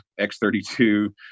X32